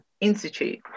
institute